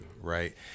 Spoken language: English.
Right